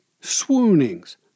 swoonings